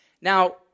Now